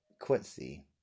Quincy